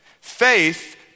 Faith